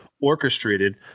orchestrated